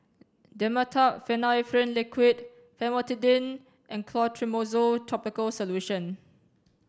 Dimetapp Phenylephrine Liquid Famotidine and Clotrimozole topical solution